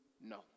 no